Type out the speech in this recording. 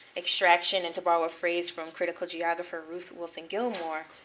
extraction, and to borrow a phrase from critical geographer ruth wilson gilmore,